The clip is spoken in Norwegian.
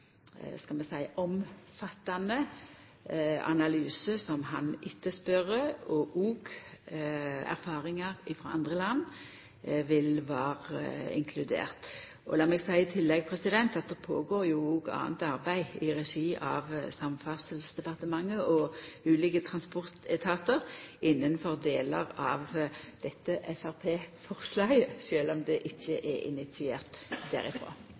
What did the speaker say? skal vi seia omfattande analysen som han etterspør, og òg erfaringar frå andre land, vera inkludert. Lat meg i tillegg seia at det jo går føre seg anna arbeid i regi av Samferdselsdepartementet og ulike transportetatar innanfor delar av dette forslaget frå Framstegspartiet, sjølv om det ikkje er initiert